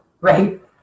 Right